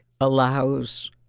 allows